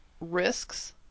risks